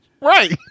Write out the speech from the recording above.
right